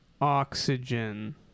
oxygen